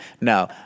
No